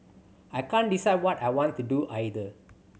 I can't decide what I want to do either